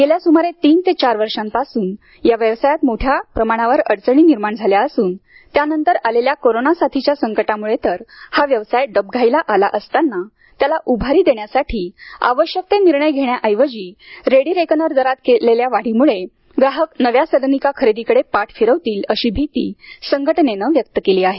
गेल्या सुमारे तीन ते चार वर्षांपासून या व्यवसायात मोठ्या प्रमाणावर अडचणी निर्माण झाल्या असून त्यानंतर आलेल्या कोरोना साथीच्या संकटामुळं तर हा व्यवसाय डबघाईला आला असताना त्याला उभारी देण्यासाठी आवश्यक ते निर्णय घेण्याऐवजी रेडी रेकनर दरात वाढ केल्यामुळं ग्राहक नव्या सदनिका खरेदीकडे पाठ फिरवतील अशी भीती संघटनेनं व्यक्त केली आहे